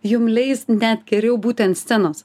jum leis net geriau būti ant scenos